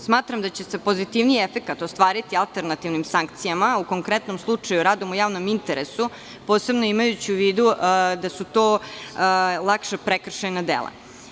Smatram da će se pozitivniji efekat ostvariti alternativnim sankcijama, u konkretnom slučaju, radom u javnom interesu, posebno, imajući u vidu da su to lakša prekršajna dela.